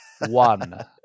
one